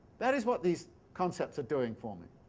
that is what these concepts are doing for me